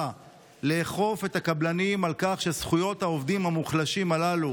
לאכוף על הקבלנים כך שזכויות העובדים המוחלשים הללו